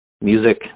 music